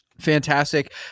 fantastic